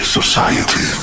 society